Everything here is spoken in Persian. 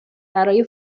برای